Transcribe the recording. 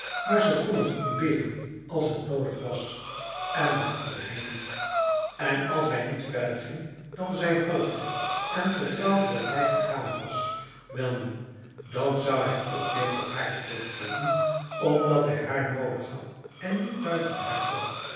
maar ze kon het ontberen als het nodig was en dat kon hij niet en als hij niet verder ging dan zij hoopte en vertrouwde dat hij gegaan was welnu dan zou hij ook weer tot haar terugkeren omdat hij haar nodig had en niet buiten haar kon